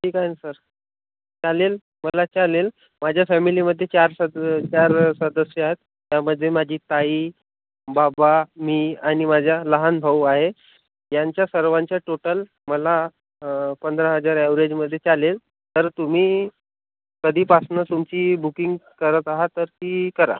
ठीक आहे ना सर चालेल मला चालेल माझ्या फॅमिलीमध्ये चार सद चार सदस्य आहेत त्यामध्ये माझी ताई बाबा मी आणि माझ्या लहान भाऊ आहे यांच्या सर्वांच्या टोटल मला पंधरा हजार ॲव्हरेजमध्ये चालेल तर तुम्ही कधीपासून तुमची बुकिंग करत आहा तर ती करा